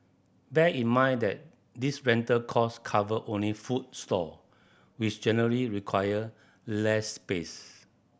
bear in mind that this rental cost cover only food stall which generally require less space